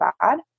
bad